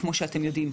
כמו שאתם יודעים,